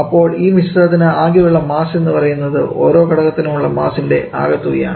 അപ്പോൾ ഈ മിശ്രിതത്തിന് ആകെയുള്ള മാസ്സ് എന്ന് പറയുന്നത് ഓരോ ഘടകത്തിനും ഉള്ള മാസിൻറെ ആകെത്തുകയാണ്